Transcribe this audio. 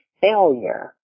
failure